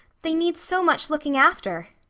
they need so much looking after.